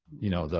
you know,